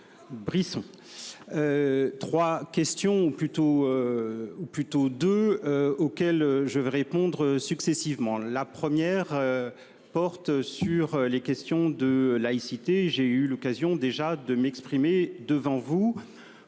Brisson. 3 questions ou plutôt. Ou plutôt de auxquelles je vais répondre successivement la première. Porte sur les questions de laïcité. J'ai eu l'occasion déjà de m'exprimer devant vous